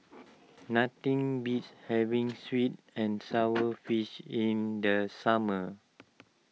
nothing beats having Sweet and Sour Fish in the summer